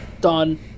done